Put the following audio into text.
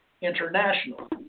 international